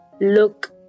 Look